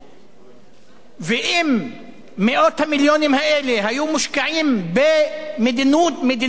אם מאות המיליונים האלה היו מושקעים במדיניות רווחה אמיתית,